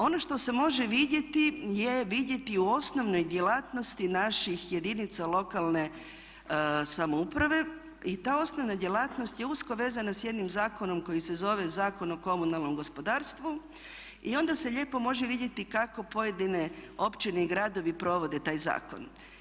Ono što se može vidjeti je vidjeti u osnovnoj djelatnosti naših jedinica lokalne samouprave i ta osnovna djelatnost je usko vezana sa jednim zakonom koji se zove Zakon o komunalnom gospodarstvu i onda se lijepo može vidjeti kako pojedine općine i gradovi provode taj zakon.